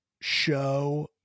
show